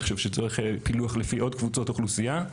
אני חושב שצריך פילוח לפי עוד קבוצות אוכלוסייה.